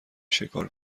شکار